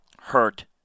hurt